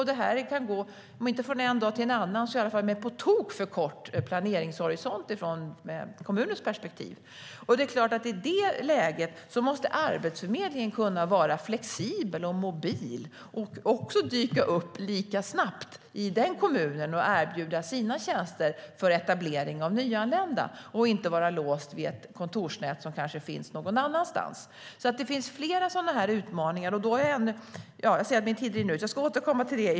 Det kan gå med, om inte från en dag till en annan, åtminstone på tok för kort planeringshorisont ur kommunens perspektiv. I det läget måste Arbetsförmedlingen såklart kunna vara flexibel och mobil. Man måste också dyka upp lika snabbt i den kommunen och erbjuda sina tjänster för etablering av nyanlända. Arbetsförmedlingen kan inte vara låst vid ett kontorsnät som kanske finns någon annanstans. Det finns alltså flera sådana utmaningar. Jag ska återkomma till det.